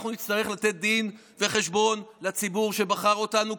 אנחנו נצטרך לתת דין וחשבון לציבור שבחר אותנו,